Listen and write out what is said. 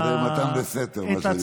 זה מתן בסתר, מה שנקרא.